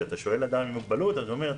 כשאתה שואל אדם עם מוגבלות הוא אומר,